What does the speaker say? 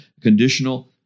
conditional